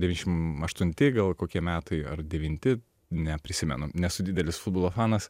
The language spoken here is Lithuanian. devyniasdešim aštunti gal kokie metai ar devinti neprisimenu nesu didelis futbolo fanas